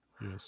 Yes